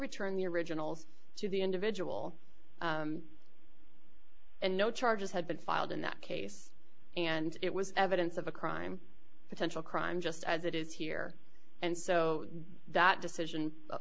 return the originals to the individual and no charges have been filed in that case and it was evidence of a crime potential crime just as it is here and so that decision